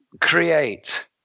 create